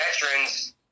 veterans